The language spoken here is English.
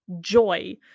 joy